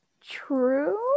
true